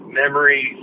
memory